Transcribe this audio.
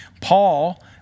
Paul